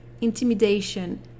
intimidation